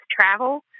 travel